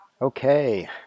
Okay